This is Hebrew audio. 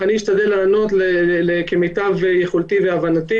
אני אשתדל לענות כמיטב יכולתי והבנתי.